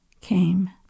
came